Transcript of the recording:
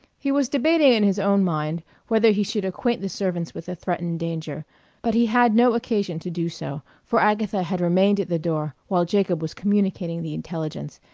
he was debating in his own mind whether he should acquaint the servants with the threatened danger but he had no occasion to do so, for agatha had remained at the door while jacob was communicating the intelligence,